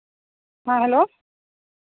हाँ हलो